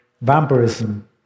vampirism